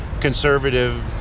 conservative